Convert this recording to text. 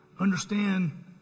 understand